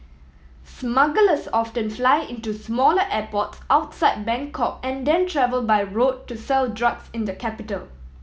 smugglers often fly into smaller airports outside Bangkok and then travel by road to sell drugs in the capital